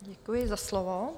Děkuji za slovo.